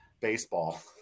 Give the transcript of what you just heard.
baseball